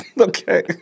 Okay